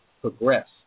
progress